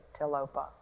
Tilopa